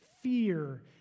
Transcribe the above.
fear